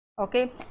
okay